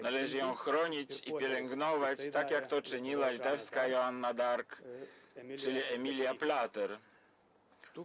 Należy ją chronić i pielęgnować, tak jak to czyniła litewska Joanna d’Arc, czyli Emilia Plater.